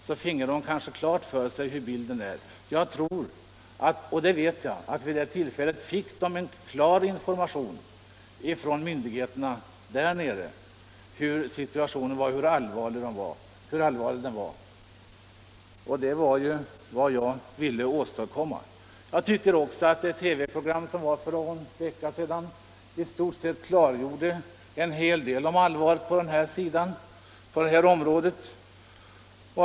Då fick man kanske klart för sig hurudan bilden är. Jag vet att dessa tjänstemän vid besöket i Västsverige fick en klar information av myndigheterna om hur allvarlig situationen var. Det var detta som jag ville åstadkomma. Jag tycker också att ett TV program för någon vecka sedan i stort sett klargjorde en hel del av allvaret på detta område.